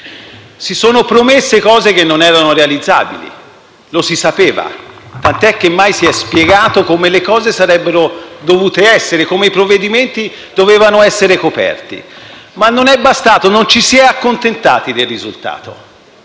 Si sono promesse cose che non erano realizzabili: lo si sapeva, tant'è che mai si è spiegato come le cose sarebbero dovuto essere, come i provvedimenti dovevano essere coperti. Ma non è bastato. Non ci si è accontentati del risultato